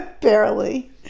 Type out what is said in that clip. barely